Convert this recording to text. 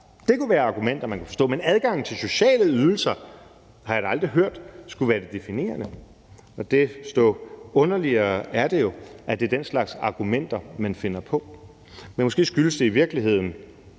Det kunne være argumenter, man kunne forstå. Men adgangen til sociale ydelser har jeg da aldrig hørt skulle være det definerende. Desto underligere er det jo, at det er den slags argumenter, man finder på. Måske skyldes det i virkeligheden,